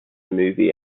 movie